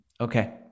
Okay